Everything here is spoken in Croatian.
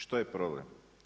Što je problem?